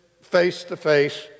face-to-face